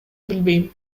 билбейм